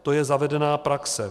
To je zavedená praxe.